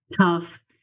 tough